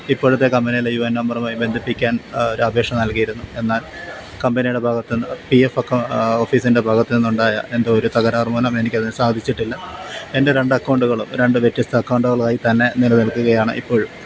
ഇപ്പോഴത്തെ കമ്പനിയിലെ U I നമ്പറുമായി ബന്ധിപ്പിക്കാൻ ഒരു പക്ഷേ നൽകിയിരുന്നു എന്നാൽ കമ്പനീടെ ഭാഗത്ത് നിന്ന് പി എഫ് അക്കൗ ഓഫിസിൻ്റെ ഭാഗത്തുന്നുണ്ടായ എന്തോ ഒരു തകരാറ് മൂലം എനിക്ക് അതിന് സാധിച്ചിട്ടില്ല എൻ്റെ രണ്ട് അക്കൗണ്ട്കളും രണ്ട് വ്യത്യസ്ത അക്കൗണ്ട്കളായി തന്നെ നിലനിർത്തുകയാണ് ഇപ്പോഴും